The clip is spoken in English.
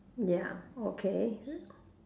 ya okay